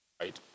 Right